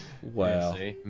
Wow